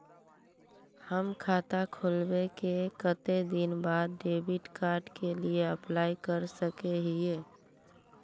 हम खाता खोलबे के कते दिन बाद डेबिड कार्ड के लिए अप्लाई कर सके हिये?